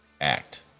act